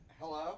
Hello